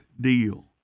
Deal